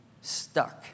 stuck